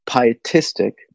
pietistic